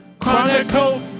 chronicle